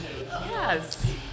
Yes